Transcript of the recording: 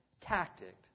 tactic